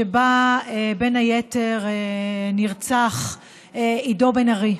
שבו בין היתר נרצח עידו בן ארי.